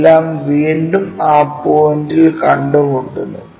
എല്ലാം വീണ്ടും ആ പോയിന്റിൽ കണ്ടുമുട്ടുന്നു